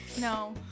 No